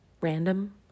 random